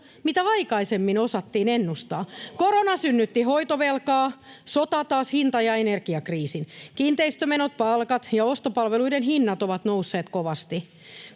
mitä aikaisemmin osattiin ennustaa. Korona synnytti hoitovelkaa, sota taas hinta- ja energiakriisin. Kiinteistömenot, palkat ja ostopalveluiden hinnat ovat nousseet kovasti.